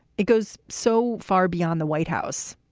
it goes so far beyond the white house,